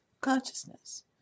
consciousness